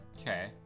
Okay